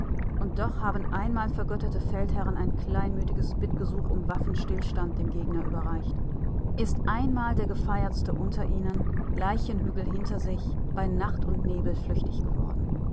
und doch haben einmal vergötterte feldherren ein kleinmütiges bittgesuch um waffenstillstand dem gegner überreicht ist einmal der gefeiertste unter ihnen leichenhügel hinter sich bei nacht und nebel flüchtig geworden